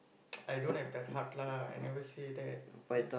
I don't have that heart lah I never say that just